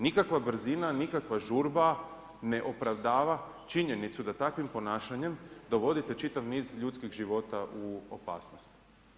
Nikakva brzina, nikakva žurba ne opravdava činjenicu, da takvim ponašanjem, dovodite čitav niz ljudskih života u opasnost.